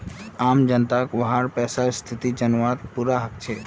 आम जनताक वहार पैसार स्थिति जनवार पूरा हक छेक